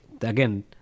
again